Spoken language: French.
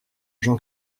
jean